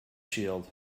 shield